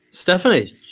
Stephanie